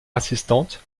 assistante